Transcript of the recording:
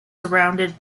surrounded